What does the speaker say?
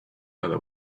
other